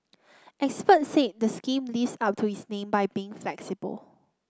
experts said the scheme lives up to its name by being flexible